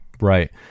Right